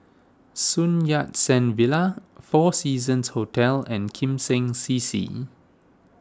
Sun Yat Sen Villa four Seasons Hotel and Kim Seng C C